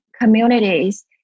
communities